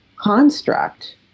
construct